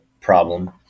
problem